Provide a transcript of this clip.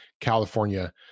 California